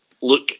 look